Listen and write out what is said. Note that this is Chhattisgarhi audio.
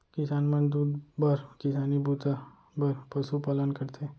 किसान मन दूद बर किसानी बूता बर पसु पालन करथे